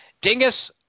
Dingus